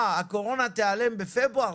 מה, הקורונה תיעלם בפברואר?